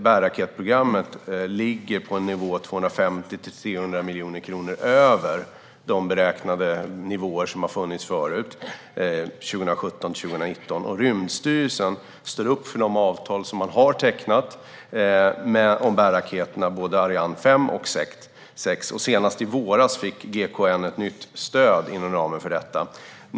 Bärraketprogrammet ligger dock 250-300 miljoner kronor över de tidigare beräknade nivåerna 2017-2019. Rymdstyrelsen står för de avtal man har tecknat om bärraketerna Ariane 5 och 6, och senast i våras fick GKN ett nytt stöd inom ramen för detta.